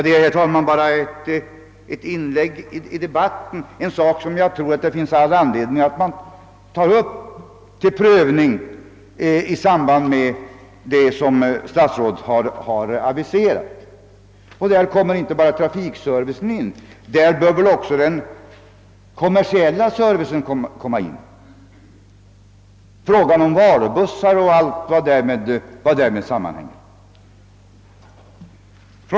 Detta är ett problem som jag tror att det finns anledning att ta upp till prövning i detta sammanhang. Därvid kommer inte bara trafikservicen in i bilden; också den kommersiella servicen bör beaktas, såsom frågan om varubussar och allt vad därmed sammanhänger.